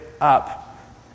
up